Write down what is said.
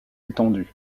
étendu